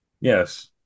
Yes